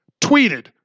tweeted